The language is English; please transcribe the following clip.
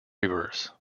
reverse